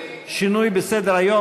שינוי בסדר-היום,